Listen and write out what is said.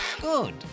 Good